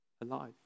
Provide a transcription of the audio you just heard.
alive